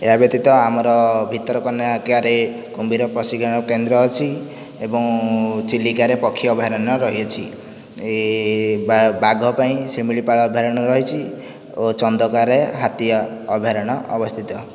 ଏହା ବ୍ୟତୀତ ଆମର ଭିତରକନିକାରେ କୁମ୍ଭୀର ପ୍ରଶିକ୍ଷଣ କେନ୍ଦ୍ର ଅଛି ଏବଂ ଚିଲିକାରେ ପକ୍ଷୀ ଅଭୟାରଣ୍ୟ ରହି ଅଛି ବାଘ ପାଇଁ ଶିମିଳିପାଳ ଅଭୟାରଣ୍ୟ ରହିଛି ଓ ଚନ୍ଦକାରେ ହାତୀ ଅଭୟାରଣ୍ୟ ଅବସ୍ଥିତ